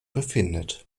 befindet